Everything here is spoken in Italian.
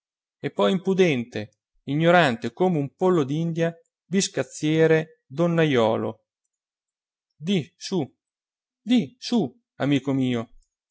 e poi impudente ignorante come un pollo d'india biscazziere donnajolo di su di su amico mio